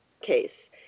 case